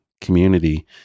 community